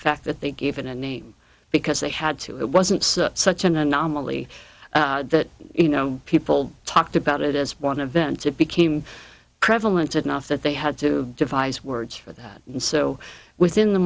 fact that they gave it a name because they had to it wasn't such an anomaly that you know people talked about it as want to vent it became prevalent enough that they had to devise words for that and so within the